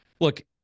look